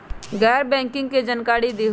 गैर बैंकिंग के जानकारी दिहूँ?